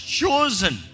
chosen